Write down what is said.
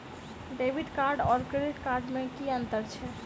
Debit card आओर credit card मे की अन्तर छैक?